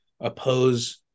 oppose